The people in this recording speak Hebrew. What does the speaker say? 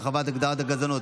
הרחבת הגדרת הגזענות),